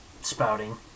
spouting